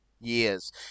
years